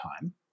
time